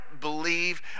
believe